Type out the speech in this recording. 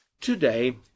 Today